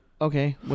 okay